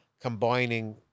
combining